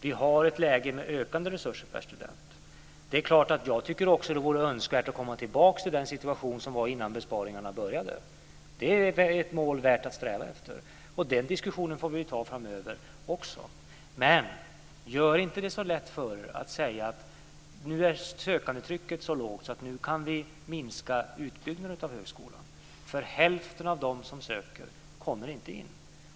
Vi har ett läge med ökande resurser per student. Det är klart att jag också tycker att det vore önskvärt att komma tillbaka till den situation som var innan besparingarna började. Det är ett mål värt att sträva efter. Och den diskussionen får vi ta framöver också. Men gör det inte så lätt för er genom att säga att sökandetrycket nu är så lågt att vi kan minska utbyggnaden av högskolan. Hälften av dem som söker kommer nämligen inte in.